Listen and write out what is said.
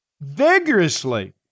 vigorously